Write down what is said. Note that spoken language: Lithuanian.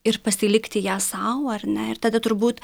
ir pasilikti ją sau ar ne ir tada turbūt